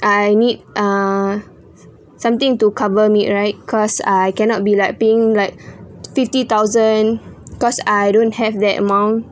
I need uh something to cover me right cause I cannot be like paying like fifty thousand cause I don't have that amount